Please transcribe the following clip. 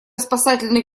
спасательный